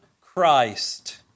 Christ